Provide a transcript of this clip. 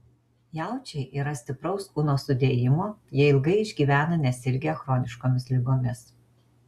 jaučiai yra stipraus kūno sudėjimo jie ilgai išgyvena nesirgę chroniškomis ligomis